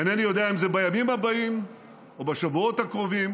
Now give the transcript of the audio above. אינני יודע אם זה בימים הבאים או בשבועות הקרובים,